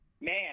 man